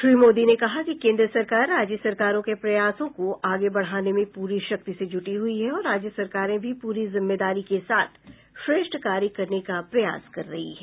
श्री मोदी ने कहा कि केन्द्र सरकार राज्य सरकारों के प्रयासों को आगे बढ़ाने में प्ररी शक्ति से जुटी हुई है और राज्य सरकारें भी प्ररी जिम्मेदारी के साथ श्रेष्ठ कार्य करने का प्रयास कर रही है